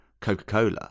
coca-cola